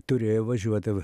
turėjo važiuot